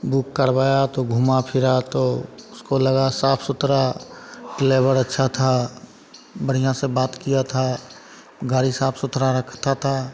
book करवाया तो घूमा फिरा तो उसको लगा साफ़ सुथरा क्लेवर अच्छा था बढ़िया से बात किया था गाड़ी साफ़ सुथरा रखता था